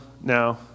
now